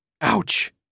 Ouch